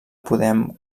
podem